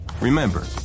Remember